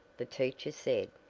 the teacher said.